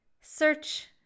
Search